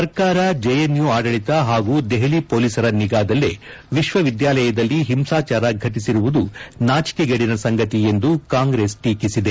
ಸರ್ಕಾರ ಜೆಎನ್ಯು ಆಡಳತ ಹಾಗೂ ದೆಹಲಿ ಹೊಲೀಸರ ನಿಗಾದಲ್ಲೇ ವಿಕ್ವವಿದ್ಯಾಲಯದಲ್ಲಿ ಹಿಂಗಾಚಾರ ಫಟಿಸಿರುವುದು ನಾಚಿಕೆಗೇಡಿನ ಸಂಗತಿ ಎಂದು ಕಾಂಗ್ರೆಸ್ ಟೀಕಿಸಿದೆ